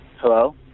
Hello